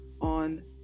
on